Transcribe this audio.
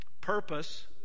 Purpose